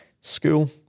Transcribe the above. school